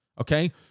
Okay